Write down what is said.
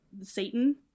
Satan